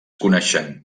coneixen